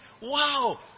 Wow